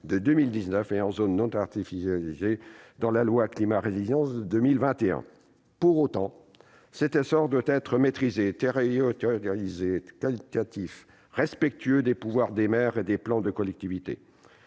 de 2019, et en zones non artificialisées dans la loi Climat et résilience de 2021. Pour autant, cet essor doit être maîtrisé, territorialisé, qualitatif, respectueux des pouvoirs des maires et des plans des collectivités.